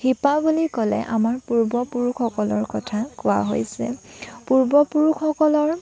শিপা বুলি ক'লে আমাৰ পূৰ্বপুৰুষসকলৰ কথা কোৱা হৈছে পূৰ্বপুৰুষসকলৰ